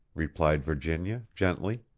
replied virginia, gently.